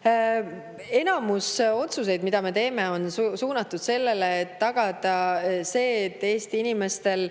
Enamik otsuseid, mida me teeme, on suunatud sellele, et tagada, et Eesti inimestel